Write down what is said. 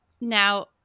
Now